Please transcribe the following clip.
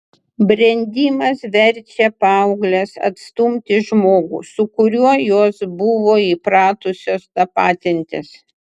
brendimas verčia paaugles atstumti žmogų su kuriuo jos buvo įpratusios tapatintis